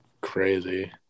crazy